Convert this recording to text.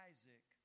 Isaac